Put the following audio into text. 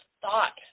thought